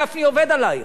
גפני עובד עלייך.